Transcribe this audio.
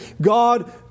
God